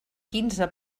quinze